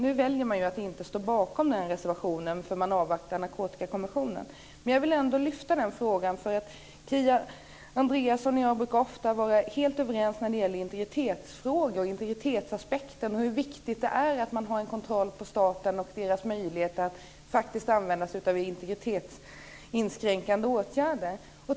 Nu väljer man att inte stå bakom den här reservationen, eftersom man avvaktar Narkotikakommissionen. Men jag vill ändå lyfta fram den här frågan, eftersom Kia Andreasson och jag ofta brukar vara helt överens när det gäller integritetsfrågor, integritetsaspekten och hur viktigt det är att man har en kontroll över staten och dess möjlighet att faktiskt använda sig av integritetsinskränkande åtgärder.